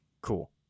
Cool